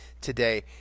today